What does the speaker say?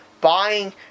Buying